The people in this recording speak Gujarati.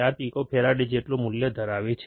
4 પીકોફરાડ જેટલું મૂલ્ય ધરાવે છે